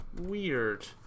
weird